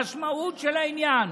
המשמעות של העניין,